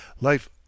Life